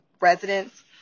residents